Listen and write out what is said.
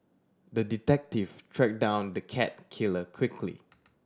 the detective tracked down the cat killer quickly